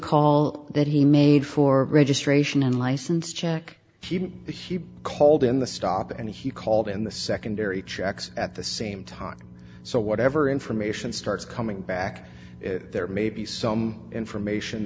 call that he made for registration and license check he called in the stop and he called in the secondary checks at the same time so whatever information starts coming back there may be some information